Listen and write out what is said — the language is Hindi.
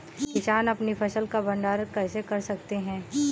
किसान अपनी फसल का भंडारण कैसे कर सकते हैं?